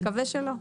נקווה שלא.